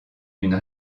une